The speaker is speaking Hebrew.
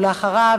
ואחריו,